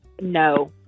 No